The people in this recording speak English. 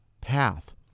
path